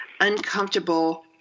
uncomfortable